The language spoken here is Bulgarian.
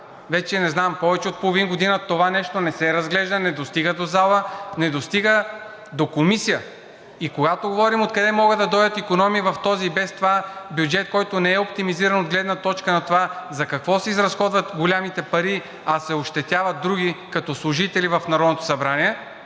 вече не знам повече от половин година това нещо не се разглежда, не достига до залата, не достига до Комисията. Когато говорим откъде могат да дойдат икономии в този и без това бюджет, който не е оптимизиран от гледна точка на това за какво се изразходват големите пари, а се ощетяват други, като служители в Народното събрание,